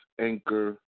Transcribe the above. Anchor